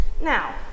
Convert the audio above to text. Now